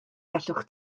gallwch